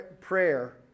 prayer